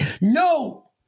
No